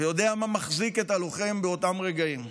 ויודע מה מחזיק את הלוחם באותם רגעים,